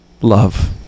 love